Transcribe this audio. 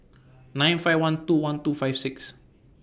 nine five one two one two five six